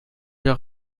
leur